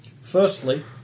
Firstly